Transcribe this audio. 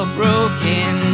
broken